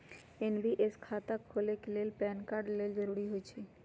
NPS खता खोले के लेल पैन कार्ड लेल जरूरी होइ छै